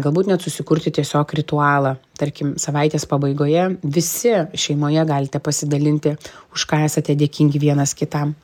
galbūt net susikurti tiesiog ritualą tarkim savaitės pabaigoje visi šeimoje galite pasidalinti už ką esate dėkingi vienas kitam